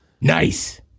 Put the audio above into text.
Nice